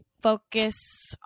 focus